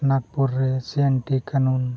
ᱱᱟᱜᱯᱩᱨ ᱨᱮ C N T ᱠᱟᱹᱱᱩᱱ